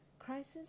Crisis